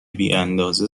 بیاندازه